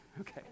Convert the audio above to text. Okay